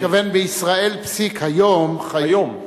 אתה מתכוון, בישראל, פסיק, היום, חיים, היום.